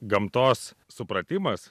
gamtos supratimas